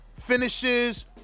finishes